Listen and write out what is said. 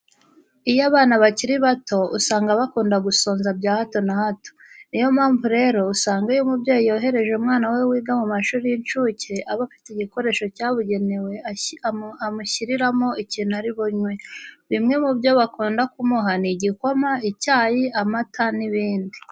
Iyo abana bakiri bato, usanga bakunda gusonza bya hato na hato. Ni yo mpamvu rero usanga iyo umubyeyi yohereje umwana we wiga mu mashuri y'incuke, aba afite igikoresho cyabugenewe amushyiriramo ikintu ari bunywe. Bimwe mu byo bakunda kumuha ni igikoma, icyayi, amata n'ibindi.